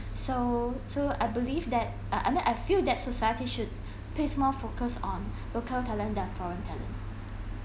so so I believe that(uh) I'm not I feel that society should place more focus onlocal talent than foreign talent